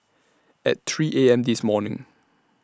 At three A M This morning